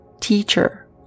teacher